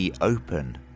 open